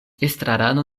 estrarano